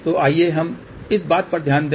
तो आइए हम इस बात पर ध्यान दें